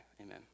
Amen